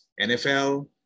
NFL